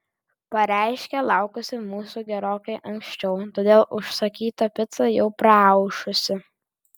pareiškė laukusi mūsų gerokai anksčiau todėl užsakyta pica jau praaušusi